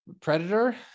predator